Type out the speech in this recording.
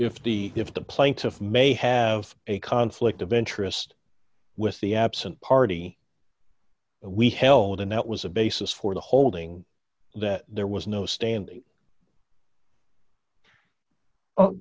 if the if the plaintiff may have a conflict of interest with the absent party we held and that was a basis for the holding that there was no standing